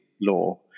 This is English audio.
law